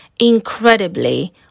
incredibly